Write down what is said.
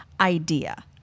idea